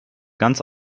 ganz